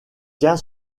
tient